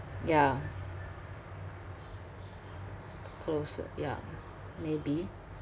yeah closer ya maybe